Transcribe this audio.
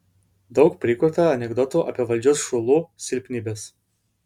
daug prikurta anekdotų apie valdžios šulų silpnybes